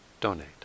donate